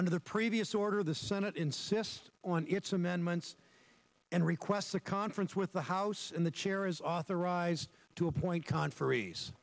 under the previous order the senate insists on its amendments and requests the conference with the house and the chair is authorized to appoint conferee